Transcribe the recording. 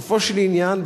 בסופו של עניין,